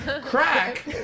Crack